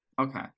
Okay